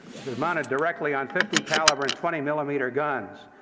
which was mounted directly on fifty caliber and twenty millimeter guns.